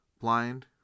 blind